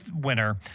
winner